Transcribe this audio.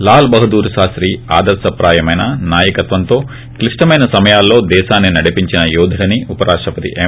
లాల్ బహదూర్ శాస్తి ఆదర్శప్రాయమైన నాయకత్వంతో క్లిష్టమైన సమయాల్లో దేశాన్ని నడిపించిన యోధుడని ఉప రాష్టపతి ఎం